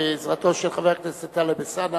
בעזרתו של חבר הכנסת טלב אלסאנע